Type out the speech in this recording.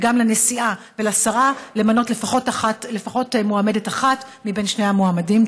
וגם לנשיאה ולשרה: למנות לפחות מועמדת אחת משני המועמדים.